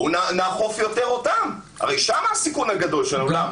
בואו נאכוף יותר אותם, הרי שם הסיכון הגדול שלנו.